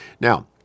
Now